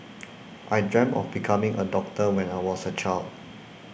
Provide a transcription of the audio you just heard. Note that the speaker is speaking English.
I dreamt of becoming a doctor when I was a child